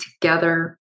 together